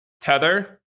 tether